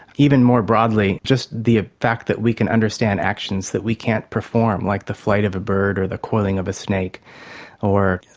even more broadly, just the ah fact that we can understand actions that we can't perform, like the flight of a bird or the coiling of a snake or,